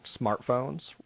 smartphones